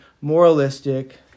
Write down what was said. moralistic